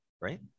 right